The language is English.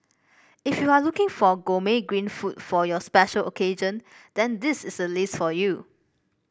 if you are looking for gourmet green food for your special occasion then this is a list for you